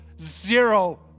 zero